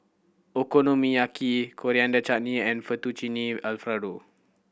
Okonomiyaki Coriander Chutney and Fettuccine Alfredo